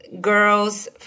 girls